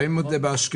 רואים את זה באשקלון,